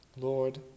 Lord